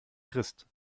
christ